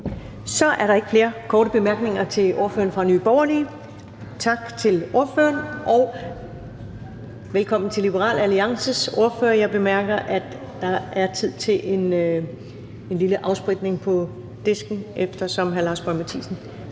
Så er der ikke flere korte bemærkninger til ordføreren for Nye Borgerlige. Tak til ordføreren, og velkommen til Liberal Alliances ordfører. Jeg bemærker, at der er tid til en lille afspritning af disken, eftersom hr. Lars Boje Mathiesen